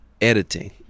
editing